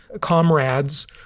comrades